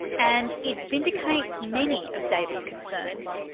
and it vindicates many of david's concerns.